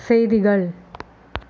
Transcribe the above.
செய்திகள்